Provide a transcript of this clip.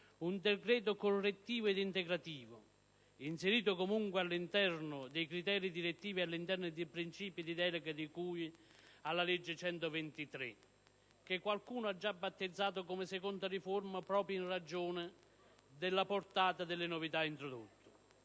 un decreto correttivo ed integrativo inserito comunque all'interno dei principi e dei criteri direttivi di delega di cui alla legge n. 123, che qualcuno ha già battezzato come seconda riforma, proprio in ragione della portata delle novità introdotte.